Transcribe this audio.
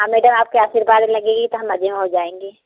हाँ मैडम आपके आशीर्वाद लगेगी त हम मजे में हो जाएँगे